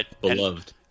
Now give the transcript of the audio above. Beloved